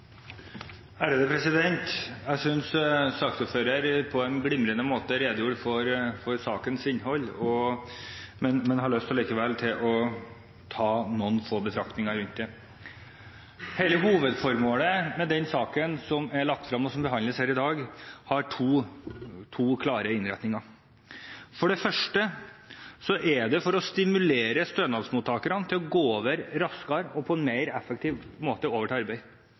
er omme. Jeg synes saksordføreren på en glimrende måte redegjorde for sakens innhold, men jeg har likevel lyst å komme med noen få betraktninger rundt det. Hele hovedformålet med den saken som er lagt frem, og som behandles her i dag, har to klare innretninger: For det første er det for å stimulere stønadsmottakerne til på en raskere og mer effektiv måte å komme i arbeid.